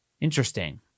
Interesting